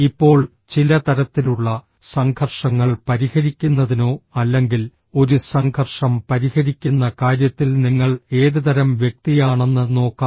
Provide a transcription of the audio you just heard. ഇപ്പോൾ ചില തരത്തിലുള്ള സംഘർഷങ്ങൾ പരിഹരിക്കുന്നതിനോ അല്ലെങ്കിൽ ഒരു സംഘർഷം പരിഹരിക്കുന്ന കാര്യത്തിൽ നിങ്ങൾ ഏതുതരം വ്യക്തിയാണെന്ന് നോക്കാം